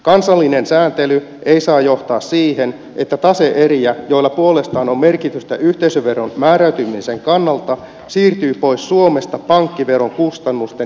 kansallinen sääntely ei saa johtaa siihen että tase eriä joilla puolestaan on merkitystä yhteisöveron määräytymisen kannalta siirtyy pois suomesta pankkiveron kustannusten